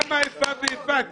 למה איפה ואיפה?